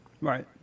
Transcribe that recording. Right